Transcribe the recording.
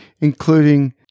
including